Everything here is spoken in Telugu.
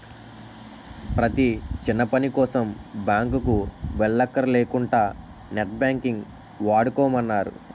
ప్రతీ చిన్నపనికోసం బాంకుకి వెల్లక్కర లేకుంటా నెట్ బాంకింగ్ వాడుకోమన్నారు